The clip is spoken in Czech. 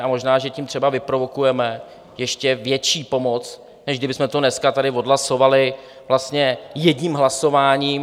A možná že tím třeba vyprovokujeme ještě větší pomoc, než kdybychom to dneska tady odhlasovali jedním hlasováním.